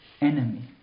enemy